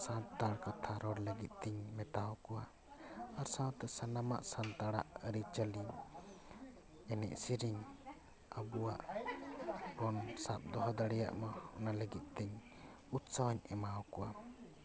ᱥᱟᱪᱛᱟ ᱠᱟᱛᱷᱟ ᱨᱚᱲ ᱞᱟᱹᱜᱤᱫ ᱛᱮᱧ ᱢᱮᱛᱟᱣᱟᱠᱚᱣᱟ ᱟᱨ ᱥᱟᱶᱛᱮ ᱥᱟᱱᱟᱢᱟᱜ ᱥᱟᱱᱛᱟᱲᱟᱜ ᱟᱹᱨᱤ ᱪᱟᱹᱞᱤ ᱮᱱᱮᱡ ᱥᱮᱨᱮᱧ ᱟᱵᱚᱭᱟᱜ ᱵᱚᱱ ᱥᱟᱵ ᱫᱚᱦᱚ ᱫᱟᱲᱮᱭᱟᱜᱢᱟ ᱚᱱᱟ ᱞᱟᱹᱜᱤᱫ ᱛᱮᱧ ᱩᱛᱥᱟᱦᱚᱹᱧ ᱮᱢᱟᱣᱟᱠᱚᱣᱟ